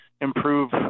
improve